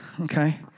okay